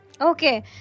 Okay